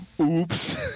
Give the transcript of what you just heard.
oops